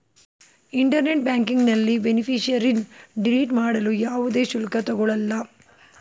internet ಬ್ಯಾಂಕಿಂಗ್ನಲ್ಲಿ ಬೇನಿಫಿಷರಿನ್ನ delete ಮಾಡಲು ಯಾವುದೇ ಶುಲ್ಕ ತಗೊಳಲ್ಲ